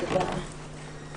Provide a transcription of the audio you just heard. הישיבה ננעלה בשעה 11:00.